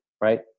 Right